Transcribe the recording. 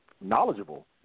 knowledgeable